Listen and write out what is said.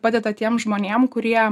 padeda tiem žmonėm kurie